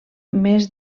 més